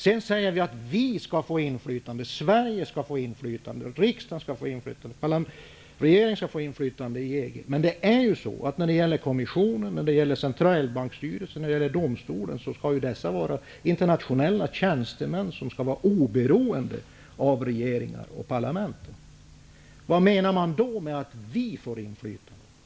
Det sägs att vi -- Sverige, riksdagen och regeringen -- skall få inflytande i EG. Men i kommissionen, centralbanksstyrelsen och domstolen sitter internationella tjänstemän, som skall vara oberoende av regeringar och parlament. Vad menar man då med att vi får inflytande?